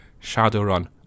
Shadowrun